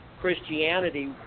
Christianity